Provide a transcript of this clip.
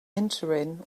entering